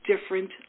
different